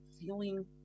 feeling